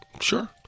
Sure